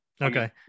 okay